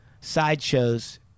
sideshows